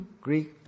Greek